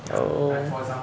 oh